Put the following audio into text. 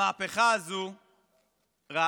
המהפכה הזו רעה.